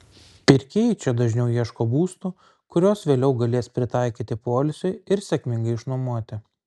pirkėjai čia dažniau ieško būstų kuriuos vėliau galės pritaikyti poilsiui ir sėkmingai išnuomoti